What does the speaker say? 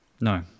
No